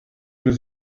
nous